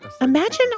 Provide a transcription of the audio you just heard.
Imagine